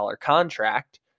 contract